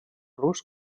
rus